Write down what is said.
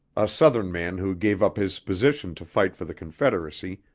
a southern man who gave up his position to fight for the confederacy,